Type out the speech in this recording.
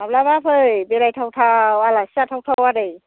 माब्लाबा फै बेरायथावथाव आलासि जाथावथाव आदै